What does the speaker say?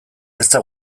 ezta